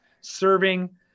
serving